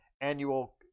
annual